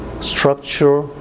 structure